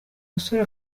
musore